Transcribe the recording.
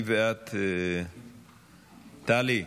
12), התשפ"ד 2023,